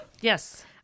yes